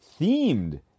themed